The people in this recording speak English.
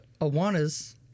Awana's